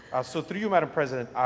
so, through you madam president,